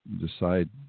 decide